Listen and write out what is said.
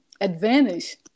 advantage